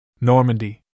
Normandy